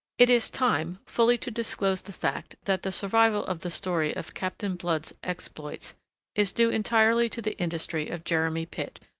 it is time fully to disclose the fact that the survival of the story of captain blood's exploits is due entirely to the industry of jeremy pitt,